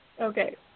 Okay